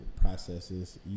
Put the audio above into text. processes